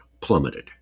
plummeted